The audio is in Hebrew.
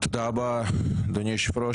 תודה רבה, אדוני היושב-ראש.